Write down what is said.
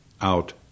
out